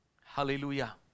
hallelujah